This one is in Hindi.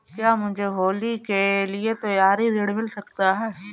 क्या मुझे होली के लिए त्यौहारी ऋण मिल सकता है?